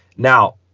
Now